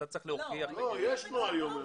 לא, יש כבר היום.